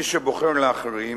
מי שבוחר להחרים